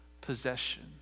possession